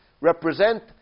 represent